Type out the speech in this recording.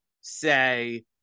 say